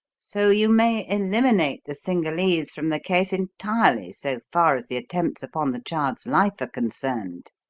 so you may eliminate the cingalese from the case entirely so far as the attempts upon the child's life are concerned.